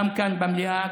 גם כאן במליאה,